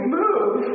move